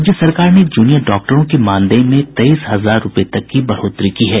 राज्य सरकार ने जूनियर डॉक्टरों के मानदेय में तेईस हजार रूपये तक की बढ़ोतरी की है